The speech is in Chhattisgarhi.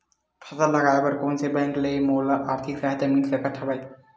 फसल लगाये बर कोन से बैंक ले मोला आर्थिक सहायता मिल सकत हवय?